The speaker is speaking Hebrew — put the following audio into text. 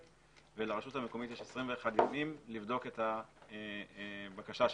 ולרשות המקומית יש 21 ימים לבדוק את הבקשה שלך.